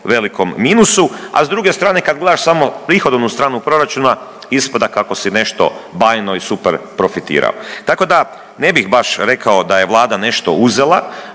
velikom minusu. A s druge strane kad gledaš samo prihodovnu stranu proračuna ispada kako si nešto bajno i super profitirao. Tako da ne bih baš rekao da je vlada nešto uzela,